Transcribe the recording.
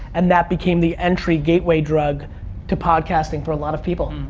and that became the entry gateway drug to podcasting for a lot of people.